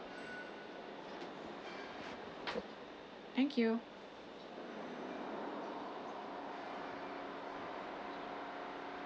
thank you